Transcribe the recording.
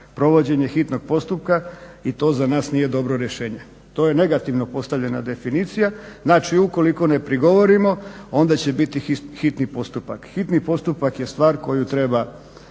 provođenje hitnog postupka i to za nas nije dobro rješenje. To je negativno postavljena definicija. Znači, ukoliko ne prigovorimo onda će biti hitni postupak. Hitni postupak je stvar koju treba